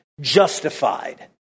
justified